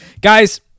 Guys